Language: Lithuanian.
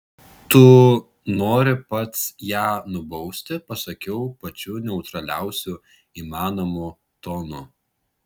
tu nori pats ją nubausti pasakiau pačiu neutraliausiu įmanomu tonu